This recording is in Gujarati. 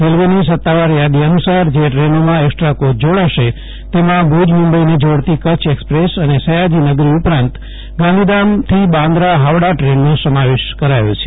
રેલવેની સતાવાર થાદી અનુસાર જે ટ્રેનમાં એકસ્ટ્રા કોર્ચ જોડાશે તેમાં ભુજ મુંબઇને જોડતી કચ્છ એકસપ્રેસ અને સંયાજીનગરી ઉપરાંત ગાંધીધામથી બાન્દ્રા ફાવડા ટ્રેનનો સમાવેશ કરાથી છે